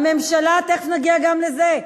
לא יכולים לקבל דירה, תיכף נגיע גם לזה.